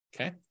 Okay